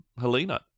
Helena